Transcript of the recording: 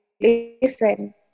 listen